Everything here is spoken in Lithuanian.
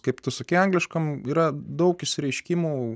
kaip tu suki angliškam yra daug išsireiškimų